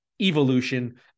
Evolution